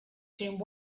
during